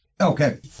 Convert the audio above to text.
Okay